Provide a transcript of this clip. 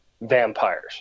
vampires